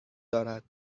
دارد